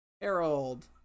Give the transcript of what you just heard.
Harold